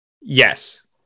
Yes